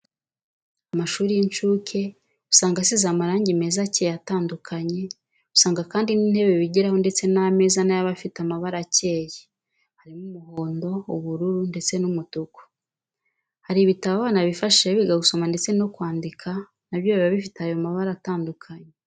Amashuri y'incuke usanga asize amarangi meza akeye atandukanye, usanga kandi n'intebe bigiraho ndetse n'ameza nayo aba afite amabara akeye, harimo umuhondo, ubururu, ndetse n'umutuku. Hari ibitabo abana bifashisha biga gusoma ndetse no kwandika, na byo biba bifite ayo mabara atandukanye.